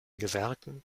gewerken